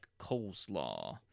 coleslaw